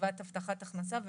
וקצבת הבטחת הכנסה ומזונות.